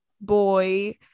boy